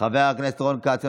חבר הכנסת רון כץ,